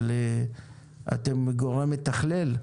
אבל אתם גורם מתכלל,